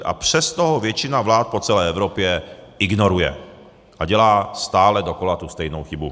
A přesto ho většina vlád po celé Evropě ignoruje a dělá stále dokola tu stejnou chybu.